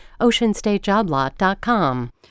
OceanStateJobLot.com